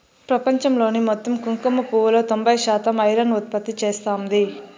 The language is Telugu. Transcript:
ప్రపంచంలోని మొత్తం కుంకుమ పువ్వులో తొంబై శాతం ఇరాన్ ఉత్పత్తి చేస్తాంది